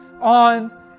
on